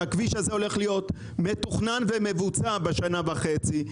שהכביש הזה הולך להיות מתוכנן ומבוצע בשנה וחצי,